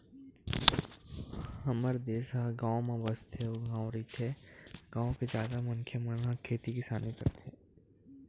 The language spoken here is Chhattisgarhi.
हमर देस ह गाँव म बसथे अउ गॉव रहिथे, गाँव के जादा मनखे मन ह खेती किसानी करथे